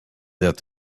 that